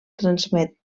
transmet